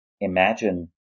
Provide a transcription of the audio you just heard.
imagine